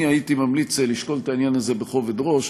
אני הייתי ממליץ לשקול את העניין הזה בכובד ראש.